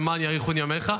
"למען יאריכון ימיך",